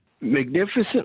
magnificent